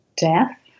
death